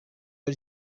ari